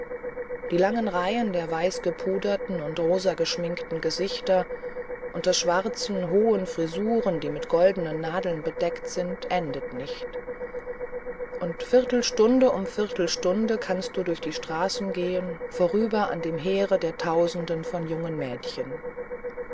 die langen reihen der weißgepuderten und rosageschminkten gesichter unter schwarzen hohen frisuren die mit goldenen nadeln bedeckt sind enden nicht und viertelstunde um viertelstunde kannst du durch die straßen gehen vorüber an den heeren der tausende von jungen mädchen